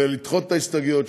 ולדחות את ההסתייגויות,